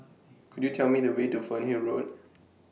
Could YOU Tell Me The Way to Fernhill Road